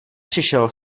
přišel